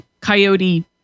Coyote